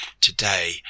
today